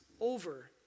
over